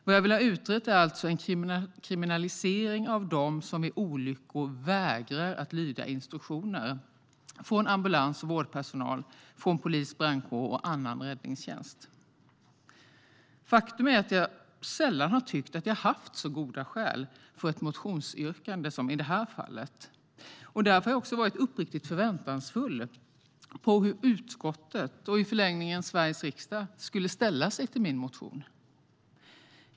Vad jag vill ha utrett är alltså en kriminalisering av dem som vid olyckor vägrar att lyda instruktioner från ambulans och vårdpersonal, polis, brandkår och annan räddningstjänst. Faktum är att jag sällan har tyckt att jag har haft så goda skäl för ett motionsyrkande som i det här fallet. Därför har jag också varit uppriktigt förväntansfull på hur utskottet - och i förlängningen Sveriges riksdag - skulle ställa sig till min motion.